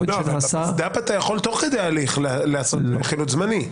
אתה יכול תוך כדי ההליך לעשות חילוט זמני.